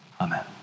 Amen